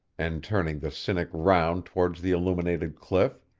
and turning the cynic round towards the illuminated cliff.